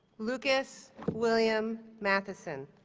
lucas william matheson